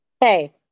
Hey